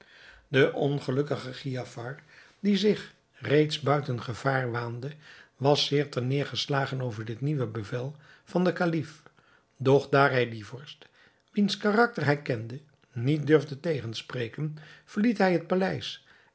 de ongelukkige giafar die zich reeds buiten gevaar waande was zeer ter neêrgeslagen over dit nieuwe bevel van den kalif doch daar hij dien vorst wiens karakter hij kende niet durfde tegenspreken verliet hij het paleis